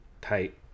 Tight